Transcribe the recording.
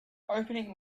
opening